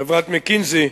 חברת "מקינזי",